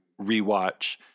rewatch